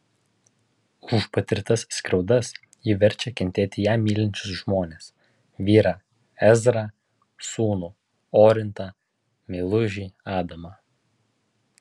už patirtas skriaudas ji verčia kentėti ją mylinčius žmones vyrą ezrą sūnų orintą meilužį adamą